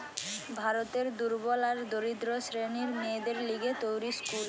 ভারতের দুর্বল আর দরিদ্র শ্রেণীর মেয়েদের লিগে তৈরী স্কুল